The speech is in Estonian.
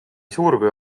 suurkuju